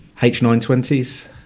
H920s